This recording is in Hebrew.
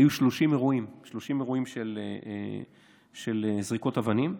היו 30 אירועים של זריקות אבנים.